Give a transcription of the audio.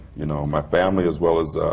you know, my family as well as,